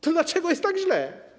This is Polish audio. To dlaczego jest tak źle?